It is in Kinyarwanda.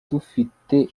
dufite